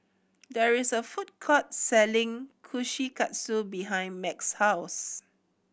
there is a food court selling Kushikatsu behind Madge's house